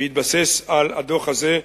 בהתבסס על הדוח הזה,